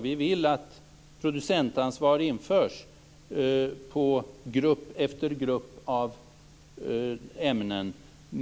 Vi vill att producentansvar införs på grupp efter grupp av ämnen.